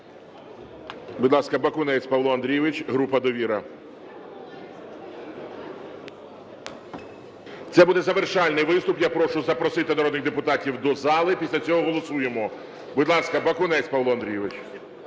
Будь ласка, Бакунець Павло Андрійович, група "Довіра". Це буде завершальний виступ. Я прошу запросити народних депутатів до зали, після цього голосуємо. Будь ласка, Бакунець Павло Андрійович.